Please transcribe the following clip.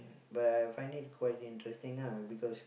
but I find it quite interesting ah because